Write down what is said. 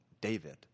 David